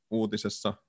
uutisessa